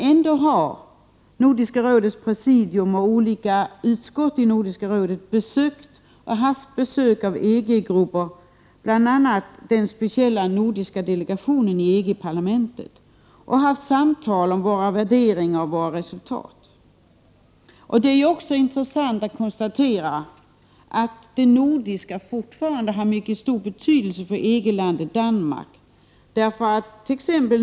Ändå har Nordiska rådets presidium och olika utskott i Nordiska rådet besökt — och fått besök av — EG-grupper, bl.a. den speciella nordiska delegationen i EG-parlamentet, och fört samtal om våra värderingar och våra resultat. Det är också intressant att konstatera att det nordiska fortfarande har mycket stor betydelse för EG-landet Danmark.